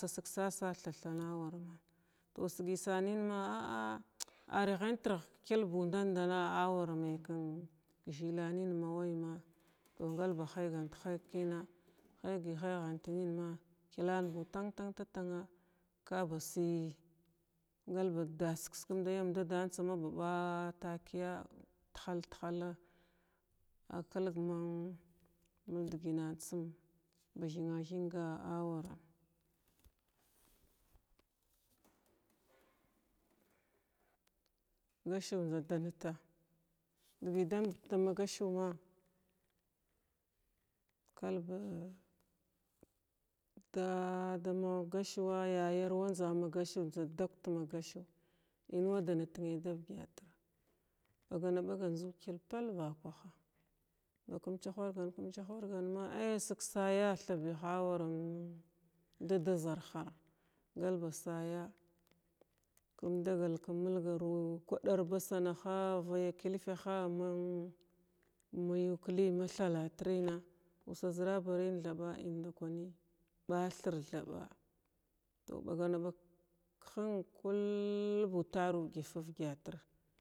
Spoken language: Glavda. Tsa sasa thathanawaram tow sigəy sanimma a’a ay rəhantrəh kilbuu ɗan ɗana awara may kan ka zəlanən ngalba həygan həyg kəna həygəy həygant kina həygəy həygant nin na klan buu tan-tan-tanna ka ba səy ngalba das kskumd ayyam dadantsa maba ɓa takəya tahal-tahala a kəlgman ma dəgnanatsum ba thimathinga awaram gasuv da danəta gya damdət dama gasuu ma kalba da dama gasuwa yayar wa njzama gasuu njza doct ma gasuu iniva danər nay dav gyatir ɓaghanaɓag ajzu kil pal vakwah ba kun chahwarga – kum chahwargan ma ay asigsaya thabiha awaraman daɗa zarhar ngalba saya indagal da mulgaru kirada tabasarha, vayya kəlfa ha amən kaləy ma thalahatirma usa zərabarən tha ma thalahatirma usa zərabarən tha ma indakwanic ɓathirthab tow həngamd kwulbu tar udfək argyatir.